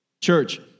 Church